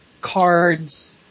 cards